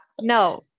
no